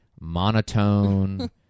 monotone